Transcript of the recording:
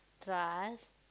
trust